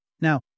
Now